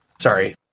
Sorry